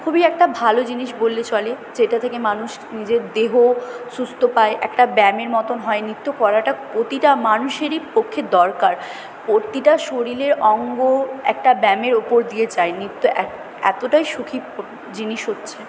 খুবই একটা ভালো জিনিস বললে চলে যেটা থেকে মানুষ নিজের দেহ সুস্থ পায় একটা ব্যায়ামের মতন হয় নৃত্য করাটা প্রতিটা মানুষেরই পক্ষের দরকার প্রতিটা শরীরের অঙ্গ একটা ব্যায়ামের উপর দিয়ে যাই নৃত্য এতোটাই সুখী জিনিস হচ্ছে